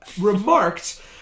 remarked